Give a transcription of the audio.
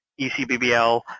ECBBL